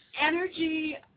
Energy